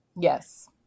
yes